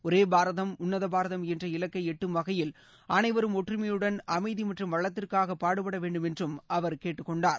ஒரே பாரதம் உன்னத பாரதம் என்ற இலக்கை எட்டும் வகையில் அனைவரும் ஒற்றுமையுடன் அமைதி மற்றும் வளத்திற்காக பாடுபட வேண்டும் என்றும் அவர் கேட்டுக்கொண்டார்